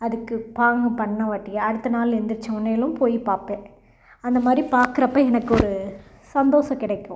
அதுக்கு பாங்க பண்ணவாட்டி அடுத்த நாள் எழுந்திரிச்சவோனேலும் போய் பார்ப்பேன் அந்த மாதிரி பார்க்குறப்ப எனக்கு ஒரு சந்தோசம் கிடைக்கும்